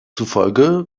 zufolge